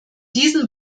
diesen